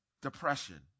Depression